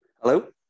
hello